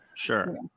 Sure